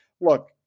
Look